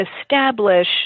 establish